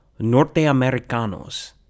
Norteamericanos